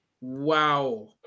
Wow